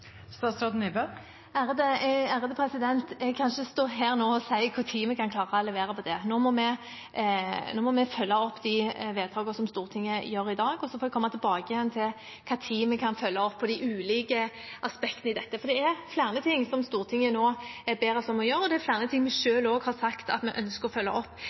Jeg kan ikke stå her nå og si når vi kan klare å levere på det. Nå må vi følge opp de vedtakene Stortinget gjør i dag, og så får jeg komme tilbake til når vi kan følge opp de ulike aspektene i dette. Det er flere ting Stortinget nå ber oss om å gjøre, og det er flere ting vi selv har sagt at vi ønsker å følge opp